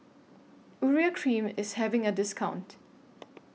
Urea Cream IS having A discount